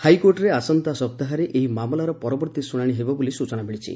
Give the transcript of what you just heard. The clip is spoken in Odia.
ହାଇକୋର୍ଟରେ ଆସନ୍ତା ସପ୍ତାହରେ ଏହି ମାମଲାର ପରବର୍ତ୍ତୀ ଶ୍ରଶାଶି ହେବ ବୋଲି ସ୍ଚନା ମିଳିଛି